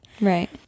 Right